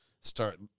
start